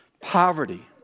poverty